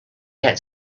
get